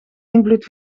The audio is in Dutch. invloed